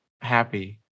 happy